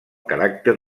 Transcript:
caràcter